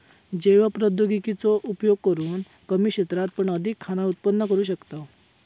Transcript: जैव प्रौद्योगिकी चो उपयोग करून कमी क्षेत्रात पण अधिक खाना उत्पन्न करू शकताव